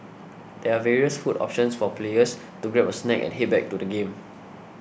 there are various food options for players to grab a snack and head back to the game